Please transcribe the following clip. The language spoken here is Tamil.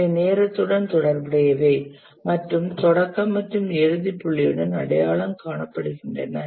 இவை நேரத்துடன் தொடர்புடையவை மற்றும் தொடக்க மற்றும் இறுதி புள்ளியுடன் அடையாளம் காணப்படுகின்றன